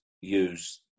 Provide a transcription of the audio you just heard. use